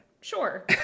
sure